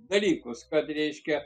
dalykus kad reiškia